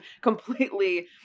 completely